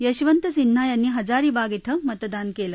यशवंत सिन्हा यांनी हजारीबाग श्वं मतदान केलं